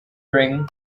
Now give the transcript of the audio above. ring